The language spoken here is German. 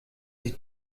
sie